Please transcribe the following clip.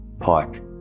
pike